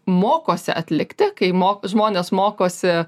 mokosi atlikti kai mo žmonės mokosi